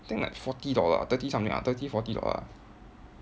think like forty dollar ah thirty something ah thirty forty dollar ah